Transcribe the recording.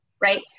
right